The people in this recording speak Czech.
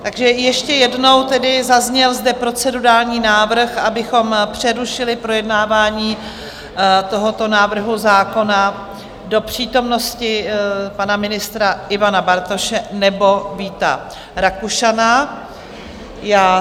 Takže ještě jednou tedy, zazněl zde procedurální návrh, abychom přerušili projednávání tohoto návrhu zákona do přítomnosti pana ministra Ivana Bartoše nebo Víta Rakušana.